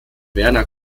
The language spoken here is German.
werner